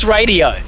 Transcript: Radio